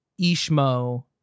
Ishmo